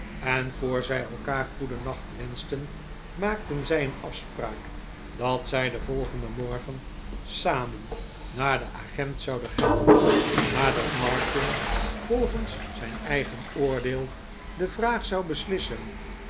en voor zij elkaar goedennacht wenschten maakten zij een afspraak dat zij den volgenden morgen samen naar den agent zouden gaan maar dat martin volgens zijn eigen oordeel de vraag zou beslissen